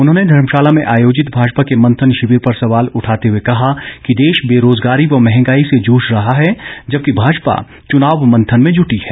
उन्होंने धर्मशाला में आयोजित भाजपा के मंथन शिविर पर सवाल उठाते हुए कहा कि देश बेरोजगारी व मंहगाई से जूझ रहा है जबकि भाजपा चुनाव मंथन में जुटी है